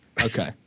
Okay